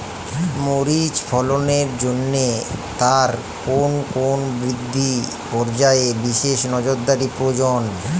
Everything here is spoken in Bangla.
মরিচ ফলনের জন্য তার কোন কোন বৃদ্ধি পর্যায়ে বিশেষ নজরদারি প্রয়োজন?